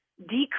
decrease